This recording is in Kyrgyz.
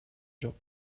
жок